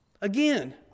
Again